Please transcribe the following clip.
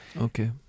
Okay